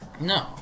No